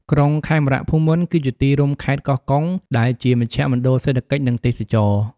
ក្រុងខេមរភូមិន្ទ គឺជាទីរួមខេត្តកោះកុងដែលជាមជ្ឈមណ្ឌលសេដ្ឋកិច្ច និងទេសចរណ៍។